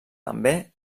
també